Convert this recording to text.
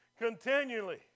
continually